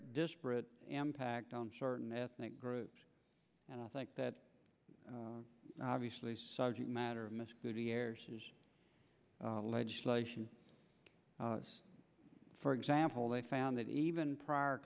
disparate impact on certain ethnic groups and i think that obviously subject matter of misc legislation for example they found that even prior